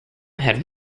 had